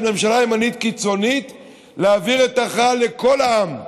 ממשלה ימנית קיצונית היא להעביר את ההכרעה לכל העם,